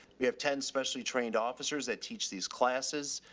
we have ten specially trained officers at teach these classes.